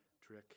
trick